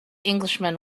englishman